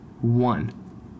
One